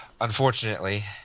Unfortunately